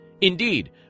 Indeed